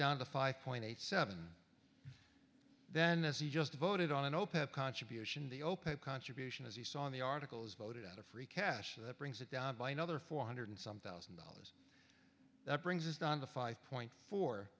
down to five point eight seven then as you just voted on an open contribution the open contribution as he saw in the articles voted out of free cash that brings it down by another four hundred some thousand dollars that brings us down to five point fo